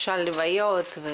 למשל לוויות.